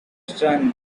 son